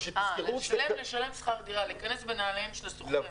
אה, לשלם שכר דירה, להיכנס בנעליהם של השוכרים.